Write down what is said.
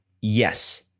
yes